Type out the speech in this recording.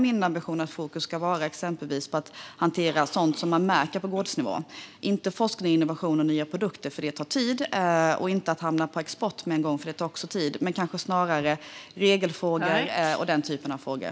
Min ambition där är att fokus exempelvis ska ligga på att hantera sådant som märks på gårdsnivå, inte på forskning, innovation och nya produkter, för sådant tar tid, och inte på att hamna på export med en gång, för det tar också tid. Fokus ska kanske snarare ligga på regelfrågor och den typen av frågor.